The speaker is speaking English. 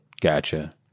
Gotcha